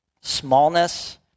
smallness